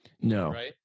No